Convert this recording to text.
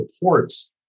reports